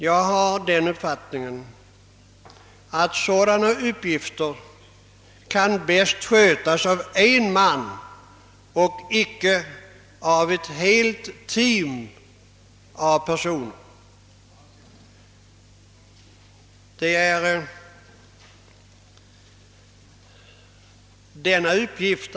Enligt min mening sköts sådana uppgifter bäst av en person och icke av ett helt team.